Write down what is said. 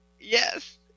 Yes